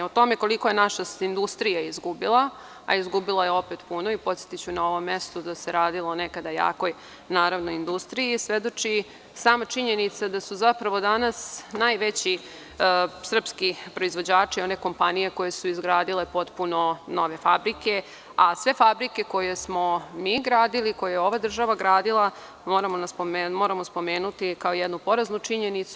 O tome koliko je naša industrija izgubila, a izgubila je opet puno, podsetiću na ovom mestu da se radilo o jakoj industriji, svedoči sama činjenica da su zapravo danas najveći srpski proizvođači one kompanije koje su izgradile potpuno nove fabrike,a sve fabrike koje smo mi gradili, koje je ova država gradila moramo spomenuti kao jednu poraznu činjenicu.